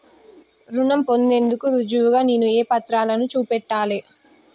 రుణం పొందేందుకు రుజువుగా నేను ఏ పత్రాలను చూపెట్టాలె?